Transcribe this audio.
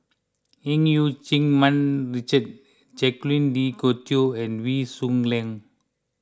E U Keng Mun Richard Jacques De Coutre and Wee Shoo Leong